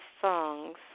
songs